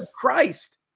Christ